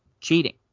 cheating